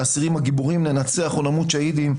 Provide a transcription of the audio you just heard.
והאסירים הגיבורים שלנו - ננצח או נמות שהידים".